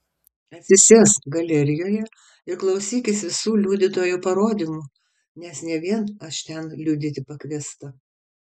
atsisėsk galerijoje ir klausykis visų liudytojų parodymų nes ne vien aš ten liudyti pakviesta